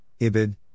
Ibid